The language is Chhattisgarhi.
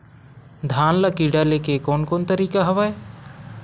धान ल कीड़ा ले के कोन कोन तरीका हवय?